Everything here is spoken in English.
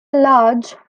large